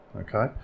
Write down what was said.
Okay